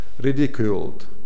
ridiculed